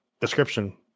description